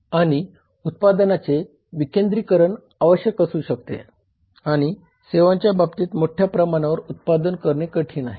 आणि उत्पादनाचे विकेंद्रीकरण आवश्यक असू शकते आणि सेवांच्या बाबतीत मोठ्या प्रमाणावर उत्पादन करणे कठीण आहे